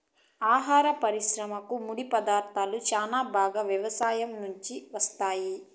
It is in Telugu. ఆహార పరిశ్రమకు ముడిపదార్థాలు చాలా భాగం వ్యవసాయం నుంచే వస్తాయి